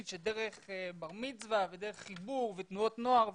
שדרך בר מצווה ודרך חיבור ותנועות נוער וכו',